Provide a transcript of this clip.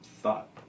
thought